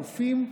אלופים,